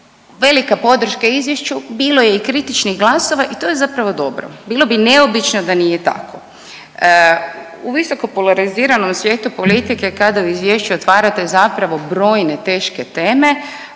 velika podrška izvješću, bilo je i kritičnih glasova i to je zapravo dobro, bilo bi neobično da nije tako. U visoko polariziranom svijetu politike kada u izvješću otvarate zapravo brojne teške teme